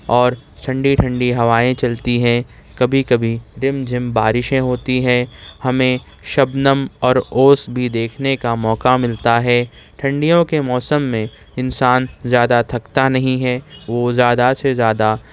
اور ٹھنڈی ٹھندی ہوائیں چلتی ہیں کبھی کبھی رم جھم بارشیں ہوتی ہیں ہمیں شبنم اور اوس بھی دیکھنے کا موقعہ ملتا ہے ٹھنڈیوں کے موسم میں انسان زیادہ تھکتا نہیں ہے وہ زیادہ سے زیادہ